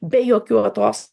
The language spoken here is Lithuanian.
be jokių atos